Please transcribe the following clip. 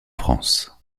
france